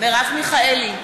מרב מיכאלי,